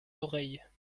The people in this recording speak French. oreilles